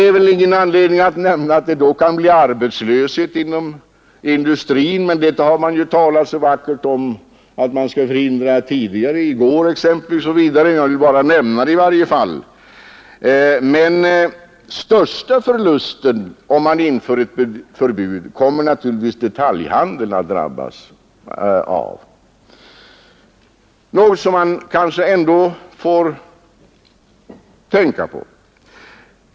Jag vill bara nämna att det då kan uppstå arbetslöshet inom industrin — det har man ju tidigare, t.ex. i går, talat så vackert om att man måste förhindra. Men största förlusten, om man inför ett förbud, kommer naturligtvis detaljhandeln att drabbas av, något som man kanske borde tänka på.